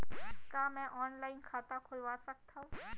का मैं ऑनलाइन खाता खोलवा सकथव?